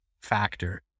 factor